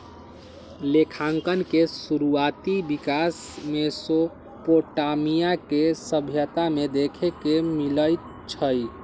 लेखांकन के शुरुआति विकास मेसोपोटामिया के सभ्यता में देखे के मिलइ छइ